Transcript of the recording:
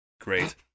Great